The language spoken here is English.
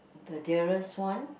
the dearest one